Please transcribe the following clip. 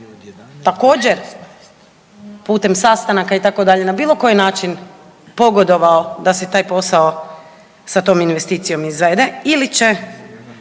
također putem sastanaka itd. i na bilo koji način pogodovao da se taj posao sa tom investicijom izvede ili će